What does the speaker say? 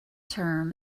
term